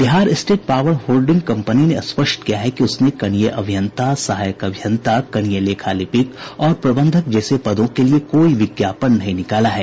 Bihar state power holding company ने स्पष्ट किया है कि उसने कनीय अभियंता सहायक अभियंता कनीय लेखा लिपिक और प्रबंधक जैसे पदों के लिए कोई विज्ञापन नहीं निकाला है